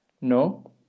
No